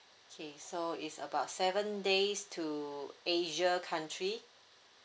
okay so is about seven days to asia country